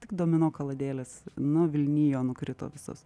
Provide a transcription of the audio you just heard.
tik domino kaladės nuvilnijo nukrito visos